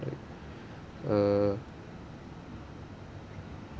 like uh